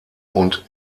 und